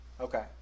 Okay